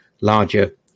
larger